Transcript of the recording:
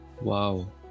wow